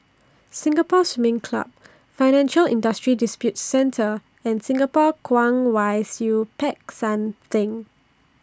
Singapore Swimming Club Financial Industry Disputes Center and Singapore Kwong Wai Siew Peck San Theng